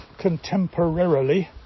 contemporarily